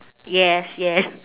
yes yes